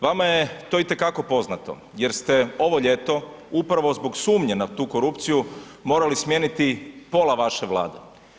Vama je to i te kako poznato jer ste ovo ljeto upravo zbog sumnje na tu korupciju morali smijeniti pola vaše Vlade.